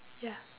ya